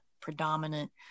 predominant